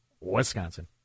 Wisconsin